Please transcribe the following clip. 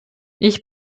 ich